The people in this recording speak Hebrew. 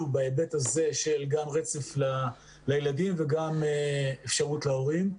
בהיבט הזה של רצף לילדים וגם אפשרות להורים.